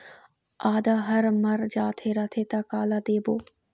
आदा हर मर जाथे रथे त काला देबो?